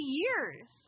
years